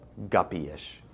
Guppy-ish